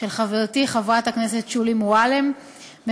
של חברתי חברת הכנסת שולי מועלם-רפאלי,